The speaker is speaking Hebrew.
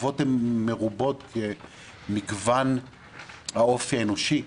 התגובות מרובות כמגוון האופי האנושי,